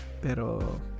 pero